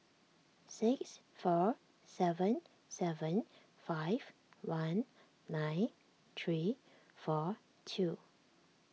six four seven seven five one nine three four two